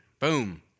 boom